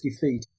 feet